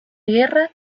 guerra